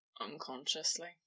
unconsciously